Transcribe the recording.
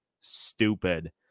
stupid